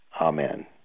Amen